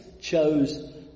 chose